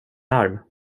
arm